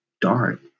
dark